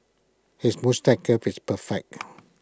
his moustache curl is perfect